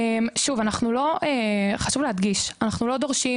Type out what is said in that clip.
שוב, חשוב להדגיש, אנחנו לא דורשים